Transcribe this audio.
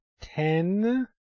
ten